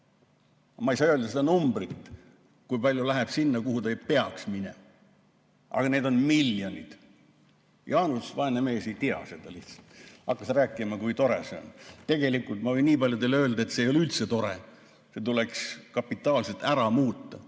Ma ei saa öelda seda numbrit, kui palju läheb sinna, kuhu ta ei peaks minema. Aga need on miljonid. Jaanus, vaene mees, ei tea seda lihtsalt. Hakkas rääkima, kui tore see on. Tegelikult ma võin niipalju teile öelda, et see ei ole üldse tore. See tuleks kapitaalselt ära muuta.